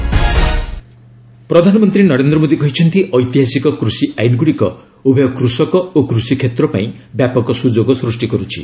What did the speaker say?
PM farm laws ପ୍ରଧାନମନ୍ତ୍ରୀ ନରେନ୍ଦ୍ର ମୋଦି କହିଛନ୍ତି ଐତିହାସିକ କୃଷି ଆଇନ୍ଗୁଡ଼ିକ ଉଭୟ କୃଷକ ଓ କୃଷି କ୍ଷେତ୍ର ପାଇଁ ବ୍ୟାପକ ସୁଯୋଗ ସୃଷ୍ଟି କରୁଛି